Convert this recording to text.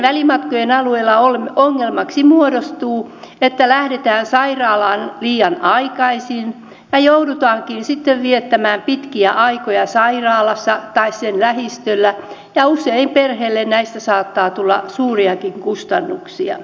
pidempien välimatkojen alueella ongelmaksi muodostuu että lähdetään sairaalaan liian aikaisin ja joudutaankin sitten viettämään pitkiä aikoja sairaalassa tai sen lähistöllä ja usein perheelle näistä saattaa tulla suuriakin kustannuksia